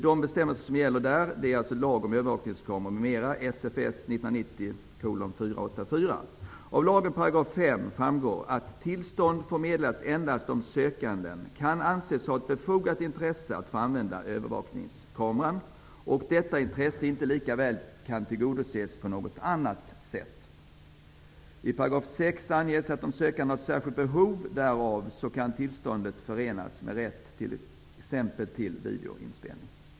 De bestämmelser som gäller där är lagen om övervakningskameror m.m., SFS 1990:484. Av 5 § i den lagen framgår det att tillstånd får meddelas endast om sökanden kan anses ha ett befogat intresse av att få använda övervakningskameran och detta intresse inte lika väl kan tillgodoses på något annat sätt. I 6 § anges att om sökanden har särskilt behov därav kan tillståndet förenas med rätt t.ex. till videoinspelning.